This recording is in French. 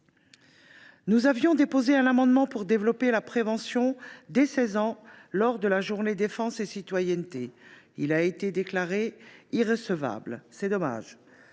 Nous avions déposé un amendement visant à développer la prévention dès l’âge de 16 ans, lors de la Journée défense et citoyenneté (JDC). Il a été déclaré irrecevable, c’est dommage.